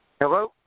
Hello